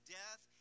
death